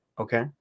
okay